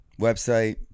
website